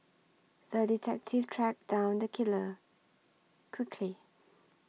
the detective tracked down the killer quickly